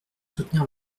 soutenir